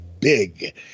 big